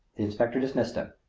the inspector dismissed him.